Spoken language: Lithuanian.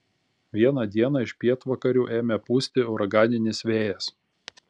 vieną dieną iš pietvakarių ėmė pūsti uraganinis vėjas